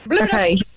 Okay